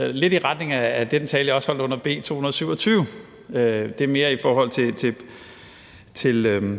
også lidt i retning af den tale, som jeg holdt under behandlingen af